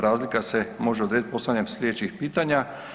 Razlika se može odrediti postavljanjem slijedećih pitanja.